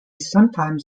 sometimes